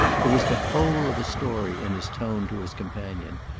there was the whole of a story in his tone to his companion,